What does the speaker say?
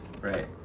right